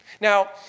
Now